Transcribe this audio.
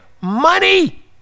money